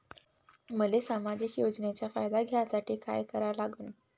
मले सामाजिक योजनेचा फायदा घ्यासाठी काय करा लागन?